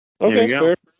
Okay